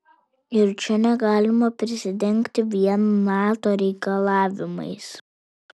ir čia negalima prisidengti vien nato reikalavimais